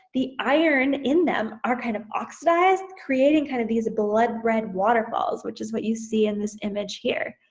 the iron in them are kind of oxidized, creating kind of these blood red waterfalls, which is what you see in this image here.